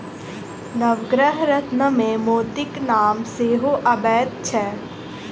नवग्रह रत्नमे मोतीक नाम सेहो अबैत छै